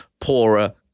poorer